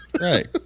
Right